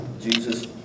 Jesus